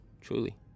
Truly